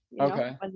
okay